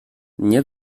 nie